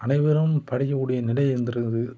அனைவரும் படிக்கக்கூடிய நிலை வந்துருக்குது